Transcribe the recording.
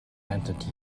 entity